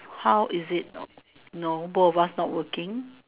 how is it no no both of us not working